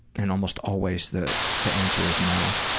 and almost always the the answer is no.